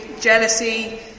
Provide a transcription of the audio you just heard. jealousy